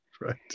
right